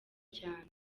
cyane